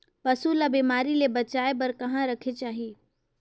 पशु ला बिमारी ले बचाय बार कहा रखे चाही?